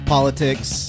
Politics